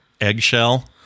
eggshell